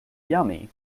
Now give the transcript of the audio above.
yummy